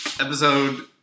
episode